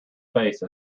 face